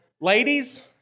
Ladies